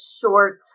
short